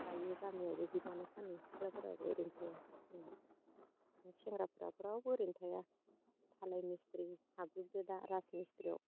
दायो गामियावबो जि दाना फानो सिख्लाफोराबो ओरैनो थाया ओमफ्राय सेंग्राफोराबो रावबो ओरैनो थाया धालाय मिस्थ्रि हाबजुबदो दा राज मिस्थ्रियाव